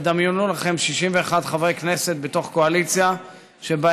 תדמיינו לכם 61 חברי כנסת בתוך קואליציה שבה